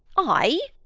i?